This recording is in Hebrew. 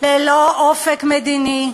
ללא אופק מדיני,